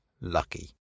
Lucky